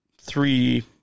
three